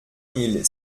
mille